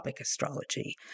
astrology